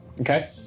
Okay